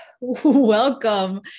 Welcome